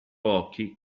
occhi